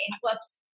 Whoops